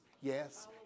Yes